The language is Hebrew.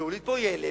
להוליד פה ילד,